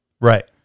Right